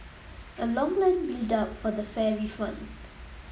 a long line built up for the fare refund